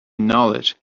knowledge